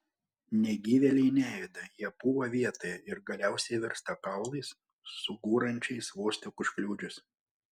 negyvėliai nejuda jie pūva vietoje ir galiausiai virsta kaulais sugūrančiais vos tik užkliudžius